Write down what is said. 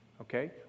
Okay